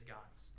God's